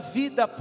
vida